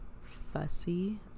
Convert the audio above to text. fussy